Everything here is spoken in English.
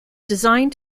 designed